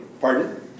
Pardon